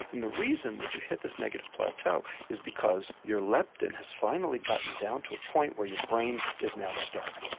and the reason that you hit this negative plateau is because your leptin has finally gotten down to a point where your brain is now starving.